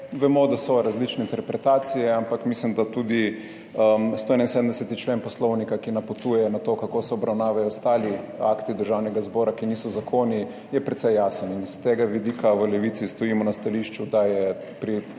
Vemo, da so različne interpretacije, ampak mislim, da je tudi 171. člen Poslovnika, ki napotuje na to, kako se obravnavajo ostali akti Državnega zbora, ki niso zakoni, precej jasen in s tega vidika v Levici stojimo na stališču, da je pri